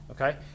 okay